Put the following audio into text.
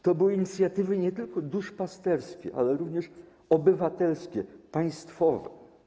To były inicjatywy nie tylko duszpasterskie, ale również obywatelskie, państwowe.